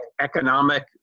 economic